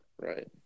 Right